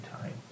time